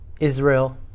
Israel